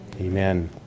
Amen